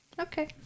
Okay